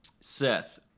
Seth